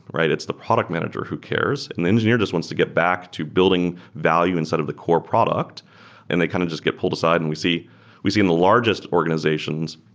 right? it's the product manager who cares. and the engineer just wants to get back to building value inside of the core product and they kind of just get pulled aside, and we see we see in the largest organizations,